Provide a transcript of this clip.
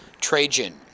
Trajan